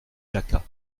jacquat